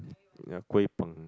ya kueh-peng